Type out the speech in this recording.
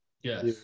Yes